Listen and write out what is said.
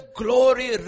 glory